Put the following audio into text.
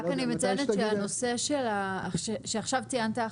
רק אני מציינת שהנושא שעכשיו ציינת,